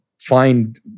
find